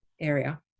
area